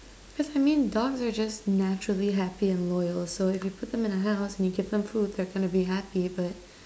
cause I mean dogs are just naturally happy and loyal so if you put them in a house and you give them food they're gonna be happy but